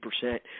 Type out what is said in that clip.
percent